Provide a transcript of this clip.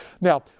Now